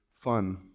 fun